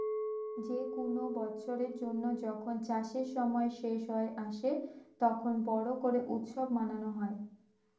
যে কুন বৎসরের জন্য যখন চাষের সময় শেষ হই আসে, তখন বড় করে উৎসব মানানো হই